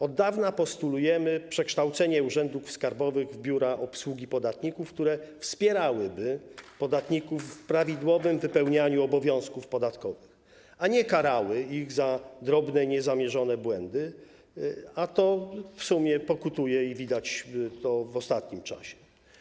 Od dawna postulujemy przekształcenie urzędów skarbowych w biura obsługi podatników, które wspierałyby podatników w prawidłowym wypełnianiu obowiązków podatkowych, a nie karały ich za drobne, niezamierzone błędy, a to w sumie pokutuje i widać to w ostatnim czasie.